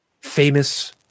Famous